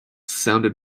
sounded